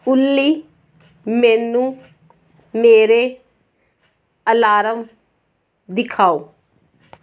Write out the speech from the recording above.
ਓਲੀ ਮੈਨੂੰ ਮੇਰੇ ਅਲਾਰਮ ਦਿਖਾਓ